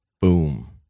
Boom